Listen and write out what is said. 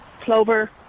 clover